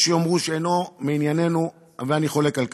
שיש שיאמרו שאינו מענייננו, ואני חולק על כך.